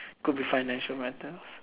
could be financial matters